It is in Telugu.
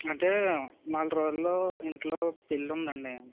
అంటే నాలుగు రోజుల్లో ఇంట్లో పెల్లుందండి